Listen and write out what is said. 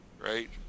right